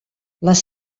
les